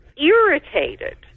irritated